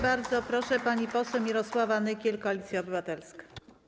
Bardzo proszę, pani poseł Mirosława Nykiel, Koalicja Obywatelska.